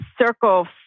circle